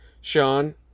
Sean